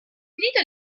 finito